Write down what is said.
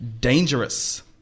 Dangerous